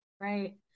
right